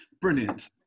Brilliant